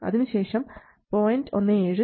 അതിനുശേഷം 0